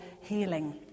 healing